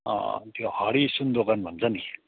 त्यो हरि सुन दोकान भन्छ नि